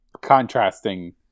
contrasting